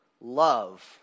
love